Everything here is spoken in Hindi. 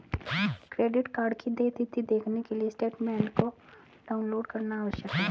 क्रेडिट कार्ड की देय तिथी देखने के लिए स्टेटमेंट को डाउनलोड करना आवश्यक है